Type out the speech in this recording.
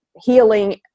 healing